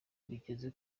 bigeze